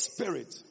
Spirit